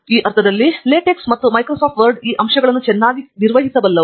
ಈ ಅರ್ಥದಲ್ಲಿ ಲಾಟೆಕ್ಸ್ ಮತ್ತು ಮೈಕ್ರೋಸಾಫ್ಟ್ ವರ್ಡ್ ಈ ಅಂಶಗಳನ್ನು ಚೆನ್ನಾಗಿ ನಿರ್ವಹಿಸಬಲ್ಲವು